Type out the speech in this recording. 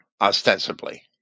ostensibly